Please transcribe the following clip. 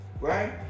right